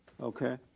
Okay